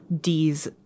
D's